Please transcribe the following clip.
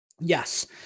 Yes